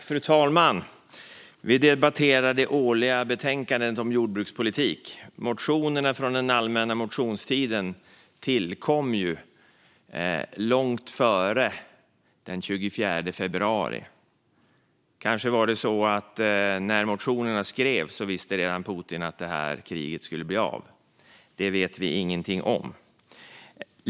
Fru talman! Vi debatterar det årliga betänkandet om jordbrukspolitik. Motionerna från den allmänna motionstiden tillkom ju långt före den 24 februari. När motionerna skrevs visste Putin kanske redan att det här kriget skulle bli av. Det vet vi ingenting om.